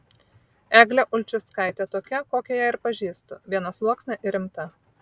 eglė ulčickaitė tokia kokią ją ir pažįstu vienasluoksnė ir rimta